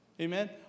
Amen